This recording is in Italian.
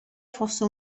fosse